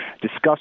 discuss